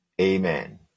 Amen